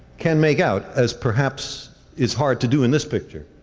can make out, as perhaps is hard to do in this picture,